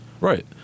Right